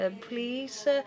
please